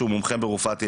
שהוא מומחה ברפואת ילדים.